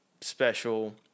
special